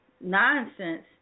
nonsense